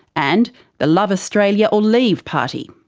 and the love australia or leave party.